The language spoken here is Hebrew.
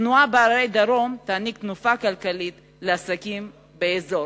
תנועה בערי הדרום תעניק תנופה כלכלית לעסקים באזור.